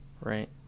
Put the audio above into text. Right